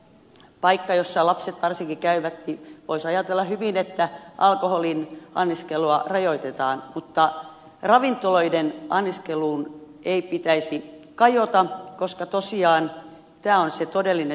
paikassa jossa lapset varsinkin käyvät voisi ajatella hyvin että alkoholin anniskelua rajoitetaan mutta ravintoloiden anniskeluun ei pitäisi kajota koska tosiaan tämä on se todellinen syy